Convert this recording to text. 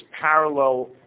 parallel